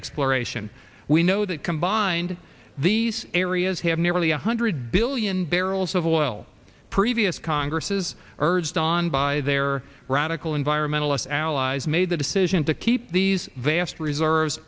exploration we know that combined these areas have nearly one hundred billion barrels of oil previous congresses urged on by their radical environmentalist allies made the decision to keep these vast reserves